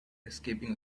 escaping